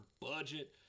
budget